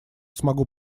смогу